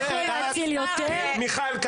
מיכל,